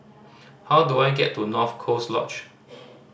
how do I get to North Coast Lodge